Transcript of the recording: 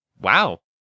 Wow